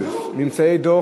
נמנעים.